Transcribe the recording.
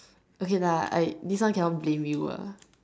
okay lah I this one cannot blame you ah